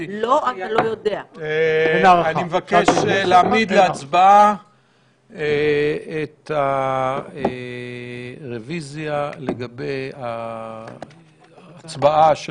אני מבקש להעמיד להצבעה את הרביזיה לגבי ההצבעה של